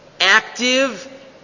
Active